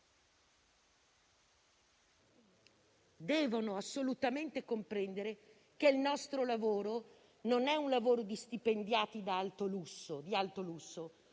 devono assolutamente comprendere che il nostro non è un lavoro da stipendiati di alto lusso: